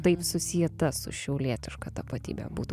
taip susieta su šiaulietiška tapatybe būtų